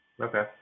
okay